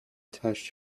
touched